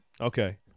Okay